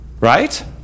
Right